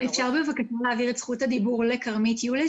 אפשר בבקשה להעביר את זכות הדיבור לכרמית יוליס?